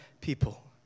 people